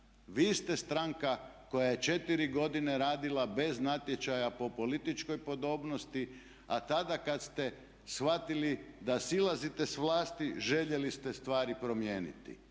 Vi ste stranka koja je četiri godine radila bez natječaja po političkoj podobnosti, a tada kad ste shvatili da silazite s vlasti željeli ste stvari promijeniti